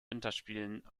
winterspielen